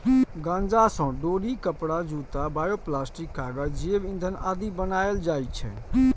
गांजा सं डोरी, कपड़ा, जूता, बायोप्लास्टिक, कागज, जैव ईंधन आदि बनाएल जाइ छै